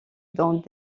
dans